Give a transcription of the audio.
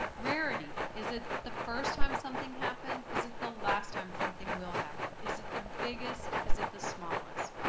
rarity. is it the first time something happened? is it the last time something will happen is it the biggest? is it the smallest?